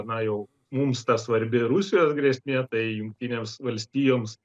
na jau mums ta svarbi rusijos grėsmė tai jungtinėms valstijoms